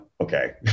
okay